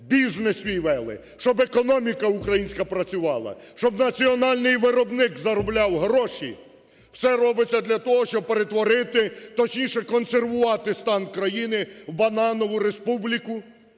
бізнес свій вели, щоб економіка українська працювала, щоб національний виробник заробляв гроші, все робиться для того, щоб перетворити, точніше, консервувати стан країн у "бананову республіку",